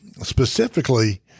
Specifically